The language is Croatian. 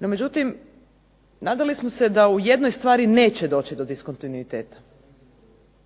No, međutim nadali smo da u jednoj stvari neće doći do diskontinuiteta,